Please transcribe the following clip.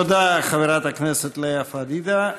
תודה לחברת הכנסת לאה פדידה.